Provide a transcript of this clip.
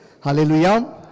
Hallelujah